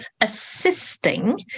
assisting